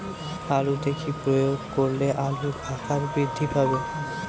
আলুতে কি প্রয়োগ করলে আলুর আকার বৃদ্ধি পাবে?